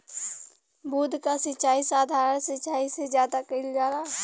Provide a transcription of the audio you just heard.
बूंद क सिचाई साधारण सिचाई से ज्यादा कईल जाला